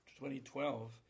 2012